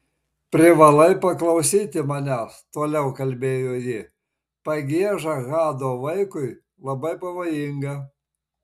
privalai paklausyti manęs toliau kalbėjo ji pagieža hado vaikui labai pavojinga